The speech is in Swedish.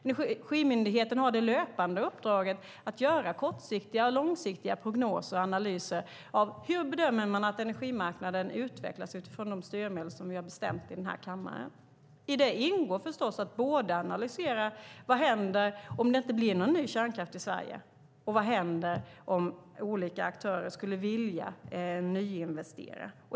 Energimyndigheten har uppdraget att löpande göra kortsiktiga och långsiktiga prognoser och analyser av hur energimarknaden utvecklas utifrån de styrmedel som vi har bestämt i denna kammare. I det ingår förstås att analysera både vad som händer om det inte blir någon ny kärnkraft i Sverige och vad som händer om olika aktörer skulle vilja nyinvestera.